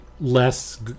less